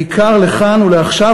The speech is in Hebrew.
בעיקר לכאן ולעכשיו,